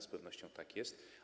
Z pewnością tak jest.